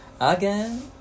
again